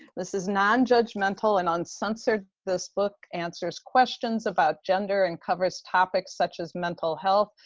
this is non-judgmental and uncensored. this book answers questions about gender and covers topics such as mental health,